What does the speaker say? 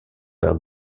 d’un